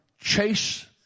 chase